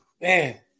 man